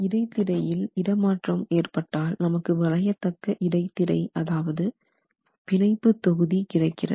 இடைத்திரையில் உருவ மாற்றம் இடமாற்றம் ஏற்பட்டால் நமக்கு வளையத்தக்க இடைத்திரை அதாவது பிணைப்பு தொகுதி கிடைக்கிறது